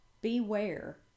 Beware